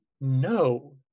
No